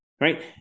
right